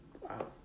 Wow